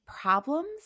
problems